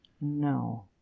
no